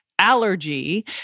allergy